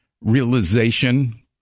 realization